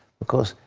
because,